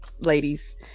ladies